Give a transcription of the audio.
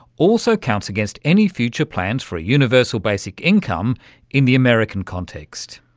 also counts against any future plans for a universal basic income in the american context.